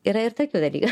yra ir tokių dalykų